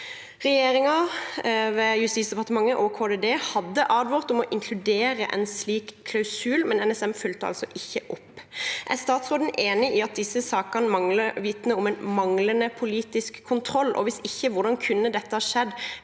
og distriktsdepartementet, hadde advart om å inkludere en slik klausul, men NSM fulgte altså ikke opp. Er statsråden enig i at disse sakene vitner om manglende politisk kontroll, og hvis ikke, hvordan kunne dette ha skjedd